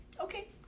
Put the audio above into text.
Okay